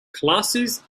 classes